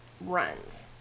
runs